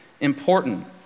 important